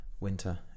winter